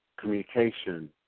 communication